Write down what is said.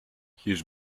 his